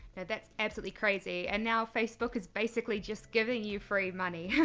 that's absolutely crazy. and now facebook is basically just giving you free money.